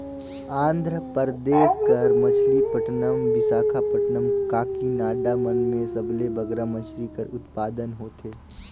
आंध्र परदेस कर मछलीपट्टनम, बिसाखापट्टनम, काकीनाडा मन में सबले बगरा मछरी कर उत्पादन होथे